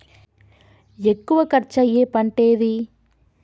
ఎక్కువ ఖర్చు అయ్యే పంటేది?